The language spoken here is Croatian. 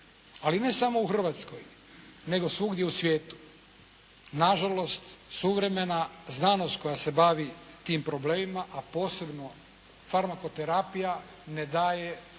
Ali ne samo u Hrvatskoj negdje u svijetu. Nažalost, suvremena znanost koja se bavi tim problemima a posebno farmakoterapija ne daje